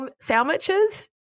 sandwiches